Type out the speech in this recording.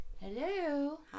hello